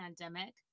pandemic